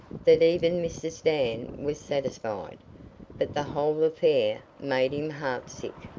that even mrs. dan was satisfied but the whole affair made him heartsick.